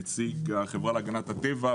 נציג החברה להגנת הטבע,